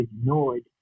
ignored